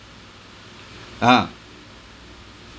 ah